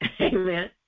Amen